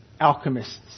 alchemists